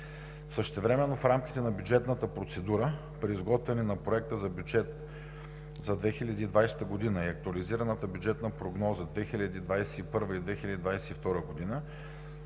Същевременно в рамките на бюджетната процедура при изготвяне на Проекта за бюджет за 2020 г. и Актуализираната бюджетна прогноза 2021 – 2022 г.